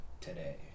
today